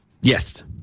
Yes